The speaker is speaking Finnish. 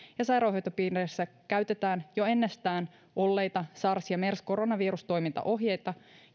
ja sairaanhoitopiireissä käytetään jo ennestään olleita sars ja mers koronavirustoimintaohjeita